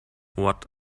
what